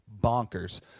bonkers